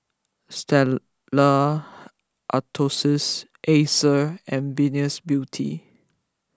Stella Artois Acer and Venus Beauty